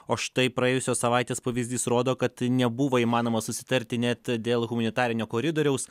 o štai praėjusios savaitės pavyzdys rodo kad nebuvo įmanoma susitarti net dėl humanitarinio koridoriaus